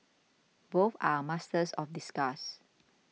both are masters of disguise